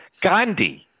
Gandhi